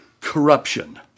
corruption